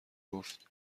گفت